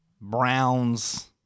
Browns